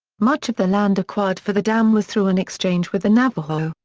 much of the land acquired for the dam was through an exchange with the navajo,